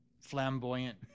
flamboyant